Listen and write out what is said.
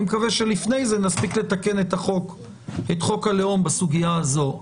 אני מקווה שלפני זה נספיק לתקן את חוק הלאום בסוגיה הזו.